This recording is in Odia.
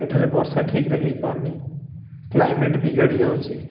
ଏଠାରେ ବର୍ଷା ଠିକ୍ର ହେଇକନି କ୍ଲାଇମେଟ୍ ବିଗାଡ଼ି ଯାଉଛି